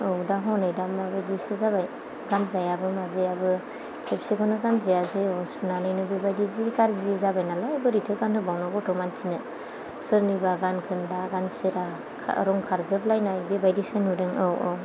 औ दा हनै दा माबायदिसो जाबाय गानजायाबो माजायाबो खेबसेखौनो गानजायासै ह सुनानैनो बेबायदि जि गारजि जाबाय नालाय बोरैथो गानहोनबावनो गथ' मानसिनो सोरनिबा गानखोन्दा गानसिरा रं खारजोबलायनाय बेबायदिसो नुदों औ औ